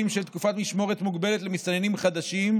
של תקופת משמורת מוגבלת למסתננים "חדשים",